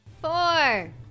Four